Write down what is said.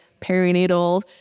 perinatal